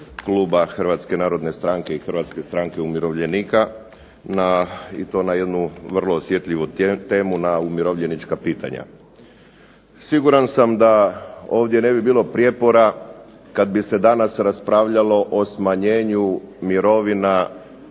Hrvatske narodne stranke i Hrvatske stranke umirovljenika i to na jednu vrlo osjetljivu temu, na umirovljenička pitanja. Siguran sam da ovdje ne bi bilo prijepora kad bi se danas raspravljalo o smanjenju mirovina